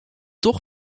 toch